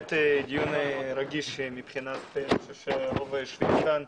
באמת דיון רגיש מבחינת רוב היושבים כאן,